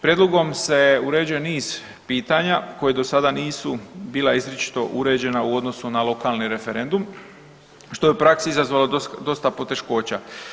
Prijedlogom se uređuje niz pitanja koja do sada nisu bila izričito uređena u odnosu na lokalni referendum, što je u praksi izazvalo dosta poteškoća.